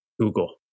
Google